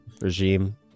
Regime